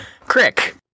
Crick